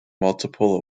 multiple